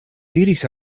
diris